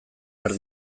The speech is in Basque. behar